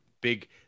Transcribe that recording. big